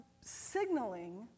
signaling